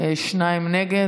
שניים נגד.